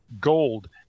Gold